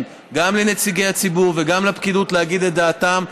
גם לנציגי הציבור וגם לפקידות להגיד את דעתם.